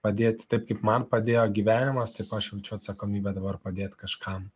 padėti taip kaip man padėjo gyvenimas taip aš jaučiu atsakomybę dabar padėti kažkam